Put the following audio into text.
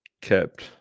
kept